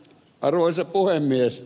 arvoisa puhemies